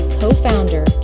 co-founder